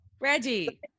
Reggie